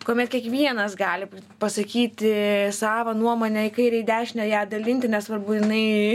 kuomet kiekvienas gali pasakyti savą nuomonę į kairę į dešinę ją dalinti nesvarbu jinai